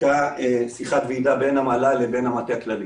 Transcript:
הייתה שיחת ועידה בין המל"ל לבין המטה הכללי